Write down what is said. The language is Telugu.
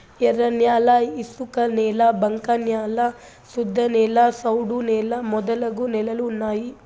ఎర్రన్యాల ఇసుకనేల బంక న్యాల శుద్ధనేల సౌడు నేల మొదలగు నేలలు ఉన్నాయి